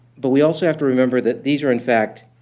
but we also have to remember that these are, in fact,